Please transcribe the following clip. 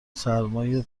سرمای